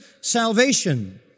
salvation